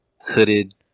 hooded